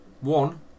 One